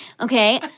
Okay